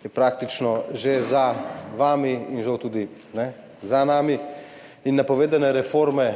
sta praktično že za vami, in žal tudi za nami, in napovedane reforme,